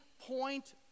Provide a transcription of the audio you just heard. point